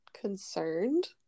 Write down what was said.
concerned